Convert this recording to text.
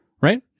right